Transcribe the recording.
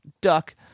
duck